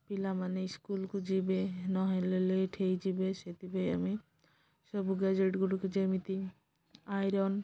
ପିଲାମାନେ ସ୍କୁଲ୍କୁ ଯିବେ ନହେଲେ ଲେଟ୍ ହେଇଯିବେ ସେଥିପାଇଁ ଆମେ ସବୁ ଗ୍ୟାଜେଟ୍ ଗୁଡ଼ିକୁ ଯେମିତି ଆଇରନ୍